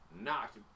knocked